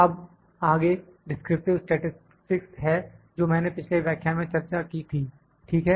अब आगे descriptive statistics है जो मैंने पिछले व्याख्यान में चर्चा की थी ठीक है